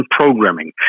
programming